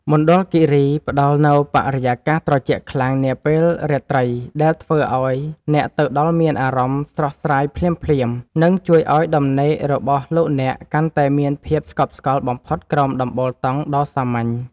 មណ្ឌលគីរីផ្តល់នូវបរិយាកាសត្រជាក់ខ្លាំងនាពេលរាត្រីដែលធ្វើឱ្យអ្នកទៅដល់មានអារម្មណ៍ស្រស់ស្រាយភ្លាមៗ និង ជួយឱ្យដំណេករបស់លោកអ្នកកាន់តែមានភាពស្កប់ស្កល់បំផុតក្រោមដំបូលតង់ដ៏សាមញ្ញ។